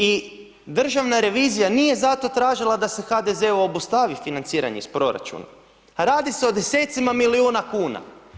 I državna revizija nije zato tražila da se HDZ-u obustavi financiranje iz proračuna a radi se o desecima milijuna kuna.